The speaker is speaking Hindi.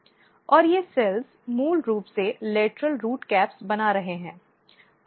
और ये सेल्स मूल रूप से लेटरल रूट कैप बना रही हैं